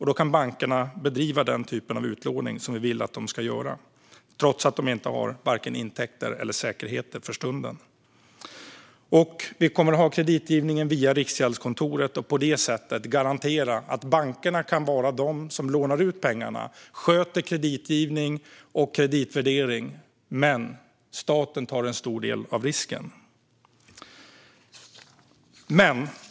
Då kan bankerna bedriva den typ av utlåning som vi vill att de ska göra, trots att de för stunden inte har vare sig intäkter eller säkerheter. Vi kommer att ha kreditgivningen via Riksgäldskontoret och på det sättet garantera att bankerna kan vara de som lånar ut pengarna, sköter kreditgivning och kreditvärdering, men staten tar en stor del av risken.